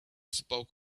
spoke